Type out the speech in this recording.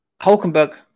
Hulkenberg